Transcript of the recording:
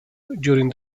during